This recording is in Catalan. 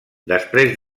després